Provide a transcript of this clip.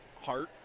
heart